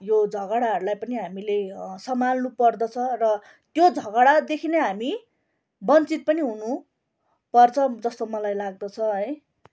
यो झगडाहरूलाई पनि हामीले सम्हाल्नु पर्दछ र त्यो झगडादेखि नै हामी वञ्चित पनि हुनुपर्छ जस्तो मलाई लाग्दछ है